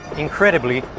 incredibly,